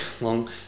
long